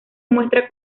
muestra